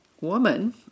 woman